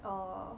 err